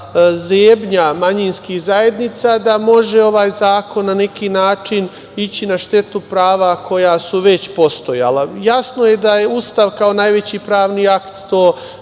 zebnja manjinskih zajednica da može ovaj zakona na neki način ići na štetu prava koja su već postojala. Jasno je da Ustav kao najveći pravni akt to